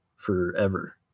forever